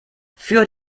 für